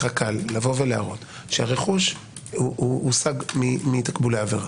שהרכוש הוא הושג מתקבולי עבירה.